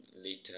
later